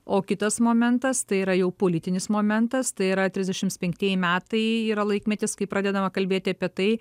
o kitas momentas tai yra jau politinis momentas tai yra trisdešimt penktieji metai yra laikmetis kai pradedama kalbėti apie tai